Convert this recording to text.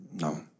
No